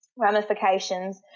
ramifications